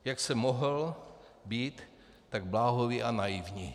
Jak jsem mohl být tak bláhový a naivní?